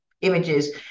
images